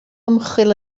ymchwil